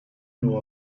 know